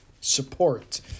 support